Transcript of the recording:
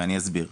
ואני אסביר.